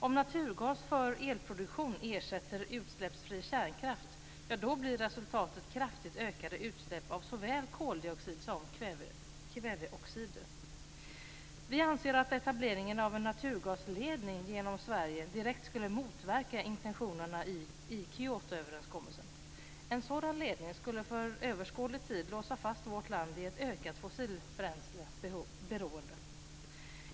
Om naturgas för elproduktion ersätter utsläppsfri kärnkraft så blir resultatet kraftigt ökade utsläpp av såväl koldioxid som kväveoxider. Vi anser att etableringen av en naturgasledning genom Sverige direkt skulle motverka intentionerna i Kyotoöverenskommelsen. En sådan ledning skulle för överskådlig tid låsa fast vårt land i ett ökat fossilbränsleberoende.